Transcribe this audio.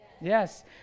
Yes